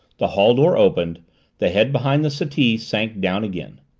the hall door opened the head behind the settee sank down again.